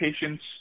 patients